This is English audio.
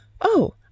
Oh